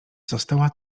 została